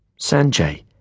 Sanjay